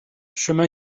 chemin